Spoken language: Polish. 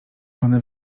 one